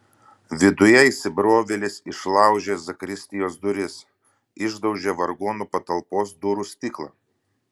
viduje įsibrovėlis išlaužė zakristijos duris išdaužė vargonų patalpos durų stiklą